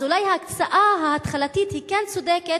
אז אולי ההקצאה ההתחלתית היא כן צודקת,